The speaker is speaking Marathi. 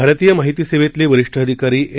भारतीय माहिती सेवेतले वरिष्ठ अधिकारी एन